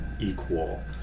equal